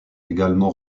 également